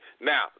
now